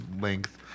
length